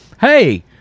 Hey